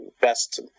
best